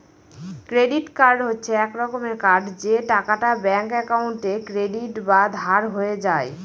credit card হচ্ছে এক রকমের কার্ড যে টাকাটা ব্যাঙ্ক একাউন্টে ক্রেডিট বা ধার হয়ে যায়